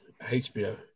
HBO